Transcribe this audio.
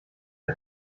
der